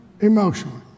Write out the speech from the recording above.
emotionally